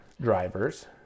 drivers